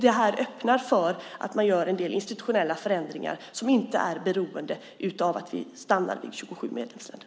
Det öppnar för att man gör en del institutionella förändringar som inte är beroende av att vi stannar vid 27 medlemsländer.